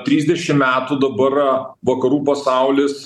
trisdešim metų dabar vakarų pasaulis